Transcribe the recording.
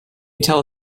tell